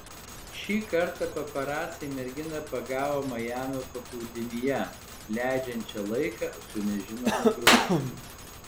šį kartą paparaciai merginą pagavo majamio paplūdimyje leidžiančią laiką su nežinomu draugu